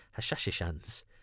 hashishans